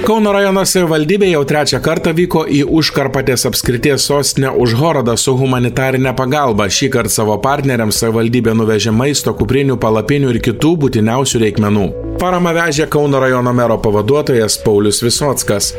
kauno rajono savivaldybė jau trečią kartą vyko į užkarpatės apskrities sostinę užhorodą su humanitarine pagalba šįkart savo partneriams savivaldybė nuvežė maisto kuprinių palapinių ir kitų būtiniausių reikmenų paramą vežė kauno rajono mero pavaduotojas paulius visockas